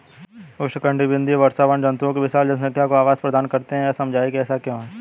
उष्णकटिबंधीय वर्षावन जंतुओं की विशाल जनसंख्या को आवास प्रदान करते हैं यह समझाइए कि ऐसा क्यों है?